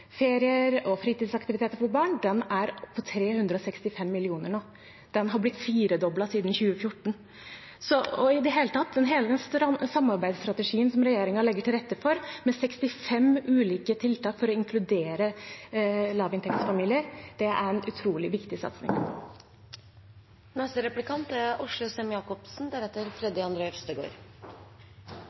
ferier og fritidsaktiviteter for barn, og den er på 365 mill. kr nå. Den er blitt firedoblet siden 2014. I det hele tatt: Hele den samarbeidsstrategien som regjeringen legger til rette for, med 65 ulike tiltak for å inkludere lavinntektsfamilier, er en utrolig viktig satsing.